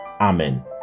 Amen